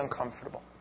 uncomfortable